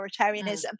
authoritarianism